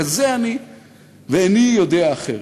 כזה אני ואיני יודע אחרת.